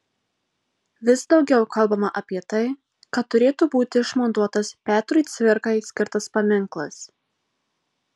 vis daugiau kalbama apie tai kad turėtų būti išmontuotas petrui cvirkai skirtas paminklas